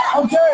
Okay